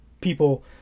people